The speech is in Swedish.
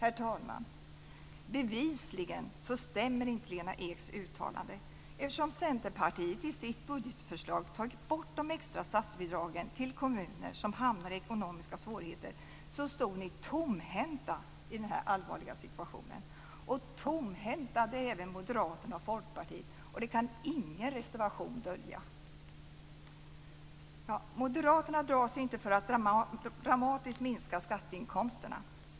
Herr talman! Bevisligen stämmer inte Lena Eks uttalande. Eftersom Centerpartiet i sitt budgetförslag tagit bort de extra statsbidragen till kommuner som hamnar i ekonomiska svårigheter stod ni tomhänta i den här allvarliga situationen. Tomhänta är även Moderaterna och Folkpartiet; det kan ingen reservation dölja! Moderaterna drar sig inte för att dramatiskt minska skatteinkomsterna.